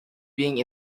being